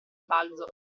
balzo